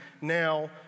now